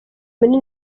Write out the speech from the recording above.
muri